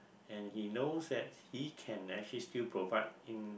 and he knows that he can actually still provide in